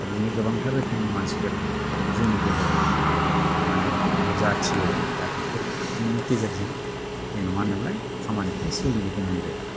दा बिदिनो गोबांथार रोखोमनि मानसिफोर जोंनि गेजेराव नुजाथियो आरो दा बेफोरनि गेजेरजों जोङो मा होनो मोनलाय खामानिखौ सोलिनो गोनां जायो